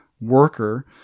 worker